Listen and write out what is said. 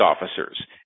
officers